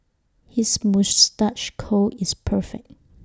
his moustache curl is perfect